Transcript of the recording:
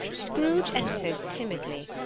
scrooge entered timidly,